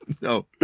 no